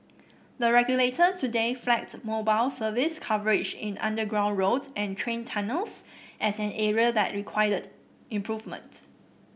the regulator today flagged mobile service coverage in underground road and train tunnels as an area that required improvement